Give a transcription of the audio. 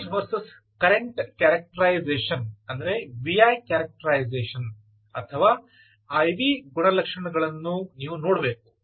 voltage versus current characterisation VI characterisation ಅಥವಾ IV ಗುಣಲಕ್ಷಣಗಳನ್ನು ನೀವು ನೋಡಬೇಕು